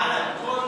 מעל הכול,